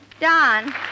Don